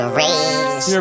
raise